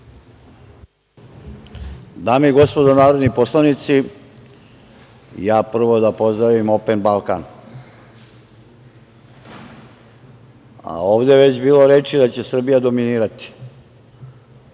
Dame i gospodo narodni poslanici, prvo da pozdravim "Open Balkan", a ovde je već bilo reči da će Srbija dominirati